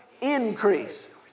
increase